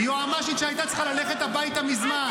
היא יועמ"שית שהייתה צריכה ללכת הביתה מזמן.